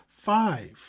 five